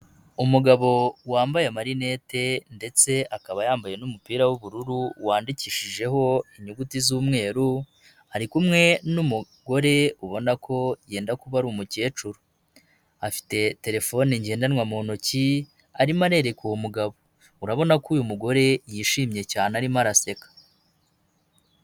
Umugabo wambaye malinete ndetse akaba yambaye n'umupira w'ubururu wandikishijeho inyuguti z'umweru, ari kumwe n'umugore ubona ko yenda kuba ari umukecuru, afite telefone ngendanwa mu ntoki arimo arerereka uwo mu umugabo, urabona ko uyu mugore yishimye cyane arimo araseka.